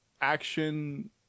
action